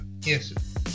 Yes